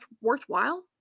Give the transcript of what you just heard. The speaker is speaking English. worthwhile